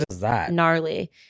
gnarly